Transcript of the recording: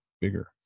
bigger